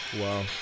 Wow